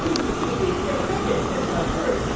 yeah specifically. see, they're cryptic. they're cryptic words.